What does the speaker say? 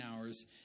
hours